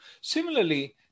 Similarly